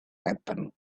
happen